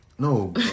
No